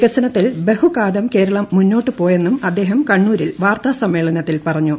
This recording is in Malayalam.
വികസനത്തിൽ ബഹുകാതം കേരളം മുന്നോട്ടു പോയെന്നും അദ്ദേഹം കണ്ണൂരിൽ വാർത്താ സമ്മേളനത്തിൽ പറഞ്ഞു